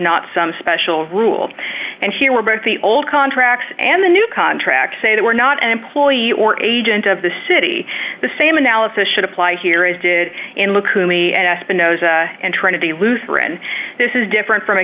not some special rule and here we're both the old contracts and the new contracts say that we're not an employee or agent of the city the same analysis should apply here as did in looks to me and espinosa and trinity lutheran this is different from a